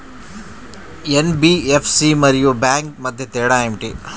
NBFC మరియు bank మధ్య తేడా ఏమిటీ?